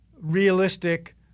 realistic